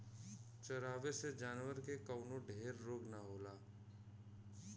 चरावे से जानवर के कवनो ढेर रोग ना होला